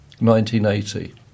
1980